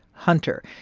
hunter.